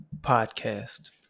Podcast